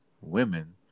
women